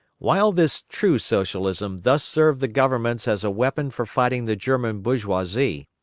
while this true socialism thus served the governments as a weapon for fighting the german bourgeoisie,